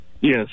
yes